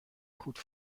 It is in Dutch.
goed